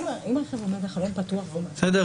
בסדר?